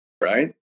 right